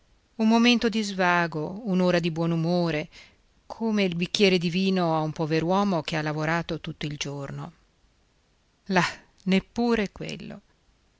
un momento di svago un'ora di buonumore come il bicchiere di vino a un pover'uomo che ha lavorato tutto il giorno là neppur quello